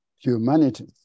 humanity